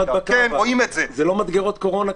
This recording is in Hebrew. זה לא מדגרות קורונה.